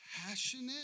passionate